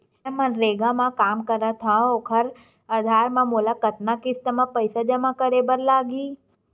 मैं मनरेगा म काम करथव, ओखर आधार म मोला कतना किस्त म पईसा जमा करे बर लगही?